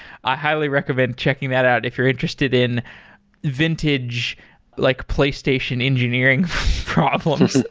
i highly recommend checking that out if you're interested in vintage like playstation engineering problems.